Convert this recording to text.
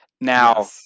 now